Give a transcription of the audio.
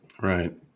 right